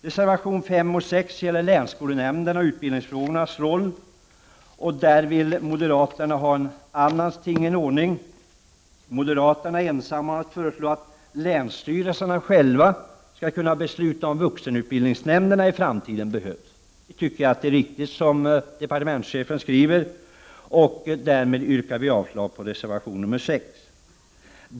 Reservationerna nr 5 och 6 gäller länsskolnämnderna och utbildningsfrågornas roll, och moderaterna vill där ha en annan tingens ordning. De är ensamma om att föreslå att länsstyrelserna själva skall kunna besluta huruvida vuxenutbildningsnämnderna behövs i framtiden. Vi anser i utskottsmajoriteten att det som departmentschefen skriver är riktigt, och därmed yrkar vi avslag på reservation nr 6.